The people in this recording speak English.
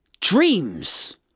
dreams